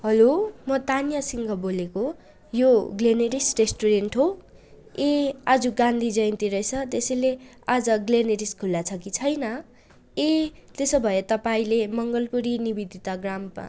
हलो मो तानिया सिङ्ग बोलेको यो ग्लेनेरिस रेस्टुरेन्ट हो ए आजु गान्धी जयन्ती रैस तेसैले आज ग्लेनेरिस खुल्ला छ कि छैन ए तेसो भए तपाईँले मङ्गलपुरी निबिदिता ग्राममा